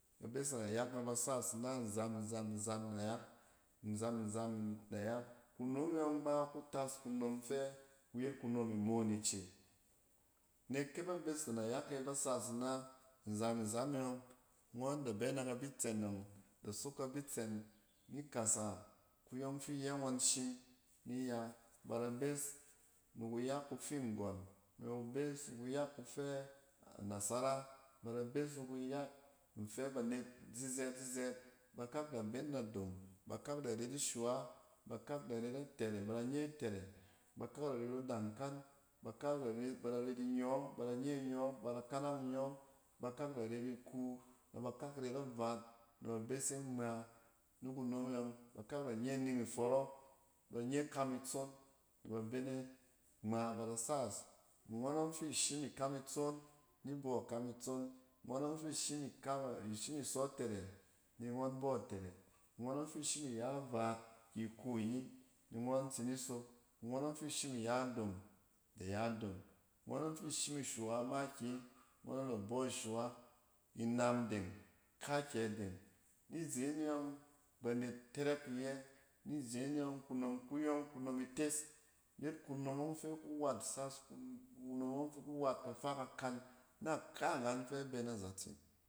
Ba bes mana yak na ba sas ina nzam-nzam nzam nayak-nzam-nzam nayak. Kunome ↄng ma ku tas kunom fɛ kuyet kunom imoon ice. Nek kɛ ba bes ma na yak e bas as ina nzam nzam e yↄng, ngↄn da bɛ na kabi tsɛn ngↄn, da sok ka bi tsɛn ni kasa kuyↄng fi yɛ ngↄn, ba da bes ni kuyak kufɛ nasara. Ba da bes ni kuyak nfɛ banet zizɛt-zizɛt. ba kak da be na dom, ba kak da ret atɛrɛ nɛ ban ye tɛrɛ, ba kak da ret a dankal, ba kak da ret ba da ret inyↄↄ, ba da nye inyↄↄ, ba da kanang inyↄↄ. Bakak da ret iku nɛ ba kak ret avaat nɛ ba bese ngma ni kunom e ↄng. Ba kak da nye ining ifↄrↄ, ban ye kam itson nɛ ba bene ngma ba da sas. Ngↄnↄng fi shim ikam itson, ni bↄ kam itson ngↄnↄng fi shim ikam a ishim isↄ tɛrɛ ni ngↄn bↄ ngↄn tsi ni sok. Ngↄnↄng fi shim iya dom da ya dom, ngↄnↄng fi shim ishuwa makiyi, ngↄnↄng da bↄ shuwa. Inam deng, kaakyɛ deng. Ni zene yↄng, banet tɛrɛk iyɛ, ni zen e ↄng kunom kuyↄng kunom ites, ku yet kunom ↄng fi ku wat sas kunom ↄng fi ku wat kafakakan na ka’angan fɛ bɛ na zatse.